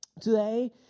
today